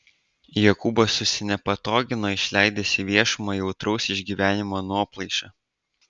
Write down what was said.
jokūbas susinepatogino išleidęs į viešumą jautraus išgyvenimo nuoplaišą